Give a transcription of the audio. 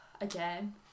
again